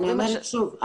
אני אומרת שוב,